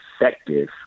effective